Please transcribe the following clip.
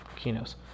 kinos